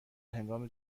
هنگام